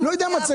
לא יודע מצגת.